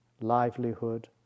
livelihood